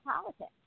politics